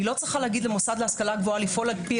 אני לא צריכה להגיד למוסד להשכלה גבוהה לפעול על פי